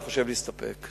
אני חושב להסתפק.